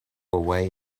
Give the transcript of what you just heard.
away